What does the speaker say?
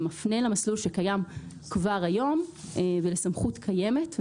זה מפנה למסלול שקיים כבר היום ולסמכות קיימת.